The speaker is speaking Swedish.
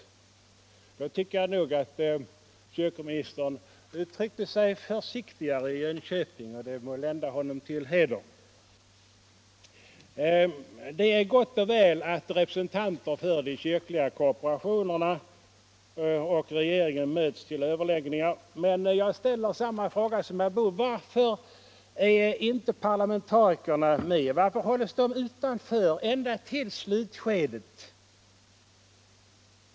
Jag tycker att kyrkoministern uttryckte sig försiktigare i Jönköping, och det må lända honom till heder. Det är gott och väl att representanter för de kyrkliga korporationerna och regeringen möts till överläggningar, men jag ställer samma fråga som herr Boo: Varför är inte parlamentarikerna med, varför hålls de utanför ända till slutskedet?